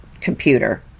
computer